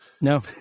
No